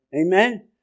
Amen